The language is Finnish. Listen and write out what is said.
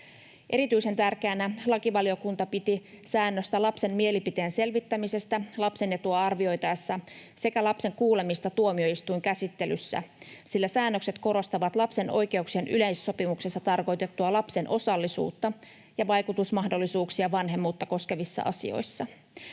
Erityisen tärkeänä lakivaliokunta piti säännöstä lapsen mielipiteen selvittämisestä lapsen etua arvioitaessa sekä lapsen kuulemista tuomioistuinkäsittelyssä, sillä säännökset korostavat lapsen oikeuksien yleissopimuksessa tarkoitettuja lapsen osallisuutta ja vaikutusmahdollisuuksia vanhemmuutta koskevissa asioissa.